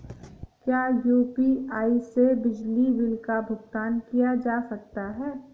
क्या यू.पी.आई से बिजली बिल का भुगतान किया जा सकता है?